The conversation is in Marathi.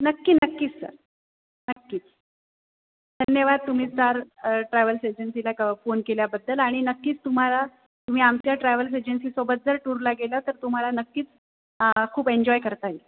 नक्की नक्कीच सर नक्कीच धन्यवाद तुम्ही स्टार ट्रॅव्हल्स एजन्सीला एक फोन केल्याबद्दल आणि नक्कीच तुम्हाला तुम्ही आमच्या ट्रॅव्हल्स एजन्सीसोबत जर टूरला गेला तर तुम्हाला नक्कीच खूप एन्जॉय करता येईल